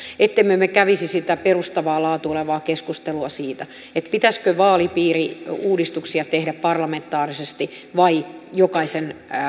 ettemme me me kävisi sitä perustavaa laatua olevaa keskustelua siitä siitä pitäisikö vaalipiiriuudistuksia tehdä parlamentaarisesti vai jokaisen